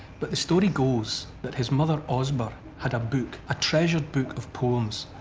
but the story goes that his mother osburh had a book, a treasured book of poems.